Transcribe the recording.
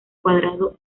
cuadrado